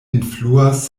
influas